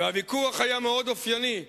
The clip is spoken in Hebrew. והוויכוח היה מאוד אופייני,